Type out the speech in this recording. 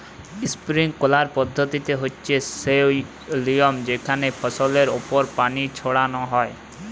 sprinkler পদ্ধতি হচ্যে সই লিয়ম যেখানে ফসলের ওপর পানি ছড়ান হয়